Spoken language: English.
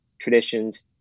traditions